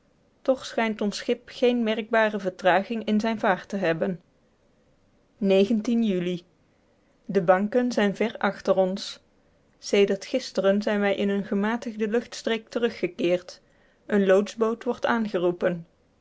toch schijnt ons schip geene merkbare vertraging in zijne vaart te hebben juli de banken zijn ver achter ons sedert gisteren zijn wij in eene gematigde luchtstreek teruggekeerd een loodsboot wordt aangeroepen